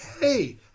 hey